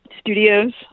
studios